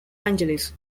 angeles